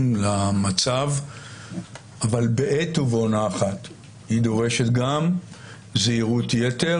למצב אבל בעת ובעונה אחת היא דורשת גם זהירות יתר